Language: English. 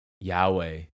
Yahweh